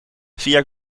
via